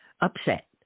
upset